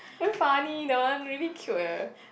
very funny that one really cute eh